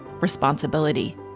responsibility